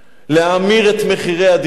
להאמיר את מחירי הדירות,